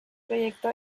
proyecto